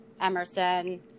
Emerson